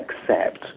accept